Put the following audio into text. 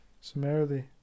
Summarily